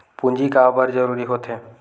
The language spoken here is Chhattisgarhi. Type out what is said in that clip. पूंजी का बार जरूरी हो थे?